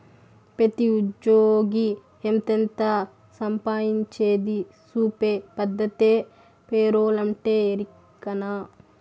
పెతీ ఉజ్జ్యోగి ఎంతెంత సంపాయించేది సూపే పద్దతే పేరోలంటే, ఎరికనా